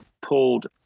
pulled